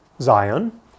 Zion